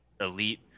elite